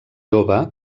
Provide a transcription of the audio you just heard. jove